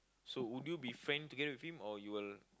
so would you be friend together with him or you will